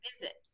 visits